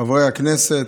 חברי הכנסת,